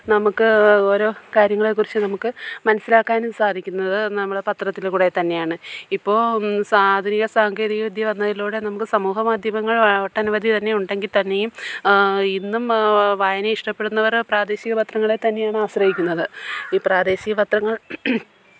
നമുക്ക് ഓരോ കാര്യങ്ങളെക്കുറിച്ച് നമുക്ക് മനസ്സിലാക്കാനും സാധിക്കുന്നത് നമ്മൾ പത്രത്തിൽ കൂടെത്തന്നെയാണ് ഇപ്പോൾ ആധുനിക സാങ്കേതികവിദ്യ വന്നതിലൂടെ നമുക്ക് സമൂഹമാധ്യമങ്ങള് ഒട്ടനവധി തന്നെയുണ്ടെങ്കില്ത്തന്നെയും ഇന്നും വായന ഇഷ്ടപ്പെടുന്നവർ പ്രാദേശിക പത്രങ്ങളെ തന്നെയാണ് അശ്രയിക്കുന്നത് ഈ പ്രാദേശിക പത്രങ്ങള്